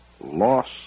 loss